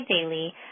daily